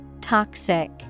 Toxic